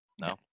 No